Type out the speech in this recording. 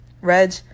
Reg